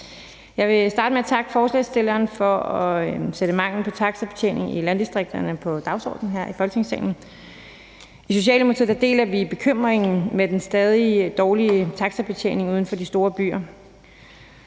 Jeg vil starte med at takke forslagsstillerne for at sætte mangel på taxabetjening i landdistrikterne på dagsordenen her i Folketingssalen. I socialdemokratiet deler vi bekymringen om den stadigt dårlige taxabetjening uden for de store byer,